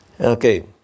Okay